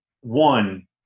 one